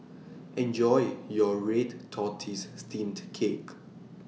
Enjoy your Red Tortoise Steamed Cake